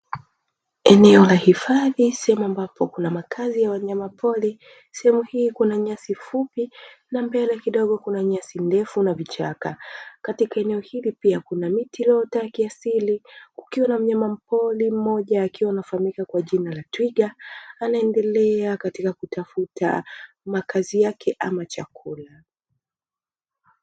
Eneo la hifadhi sehemu ambapo kuna makazi ya wanyamapori. Sehemu hii kuna nyasi fupi na mbele kidogo kuna nyasi ndefu na vichaka. Katika eneo hili pia kuna miti iliyoota kiasili, kukiwa na mnyamapori mmoja akiwa anafahamika kwa jina la twiga, anaendelea katika kitafuta makazi yake ama chakula.